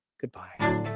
Goodbye